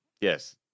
Yes